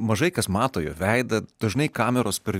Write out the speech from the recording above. mažai kas mato jo veidą dažnai kameros per